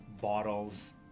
bottles